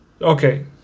okay